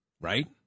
right